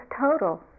total